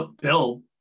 build